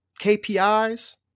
KPIs